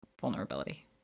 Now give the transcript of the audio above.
vulnerability